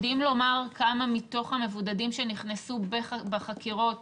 יודעים לומר כמה מתוך המבודדים שנכנסו בחקירות